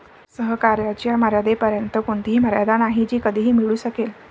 सहकार्याच्या मर्यादेपर्यंत कोणतीही मर्यादा नाही जी कधीही मिळू शकेल